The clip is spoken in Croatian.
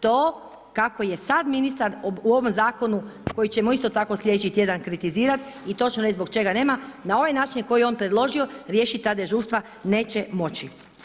To kako je sad ministar u ovom zakonu koji ćemo isto tako slijedeći kritizirat i točno reć zbog čega nema, na ovaj način na koji je on predložio, riješiti ta dežurstva neće moći.